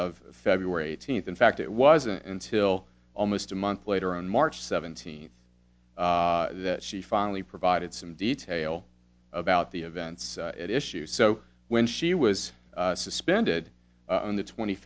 of february eighteenth in fact it wasn't until almost a month later on march seventeenth that she finally provided some detail about the events at issue so when she was suspended on the twenty